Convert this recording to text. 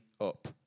up